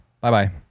bye-bye